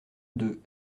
deux